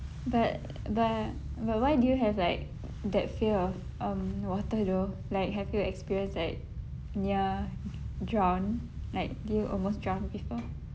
but but but why do you have like that fear of um water though like have you experienced like near drown like did you almost drown before